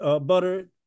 butter